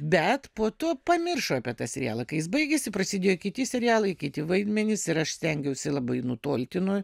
bet po to pamiršo apie tą serialą kai jis baigėsi prasidėjo kiti serialai kiti vaidmenys ir aš stengiausi labai nutolti nuo